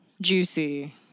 juicy